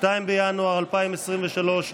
2 בינואר 2023,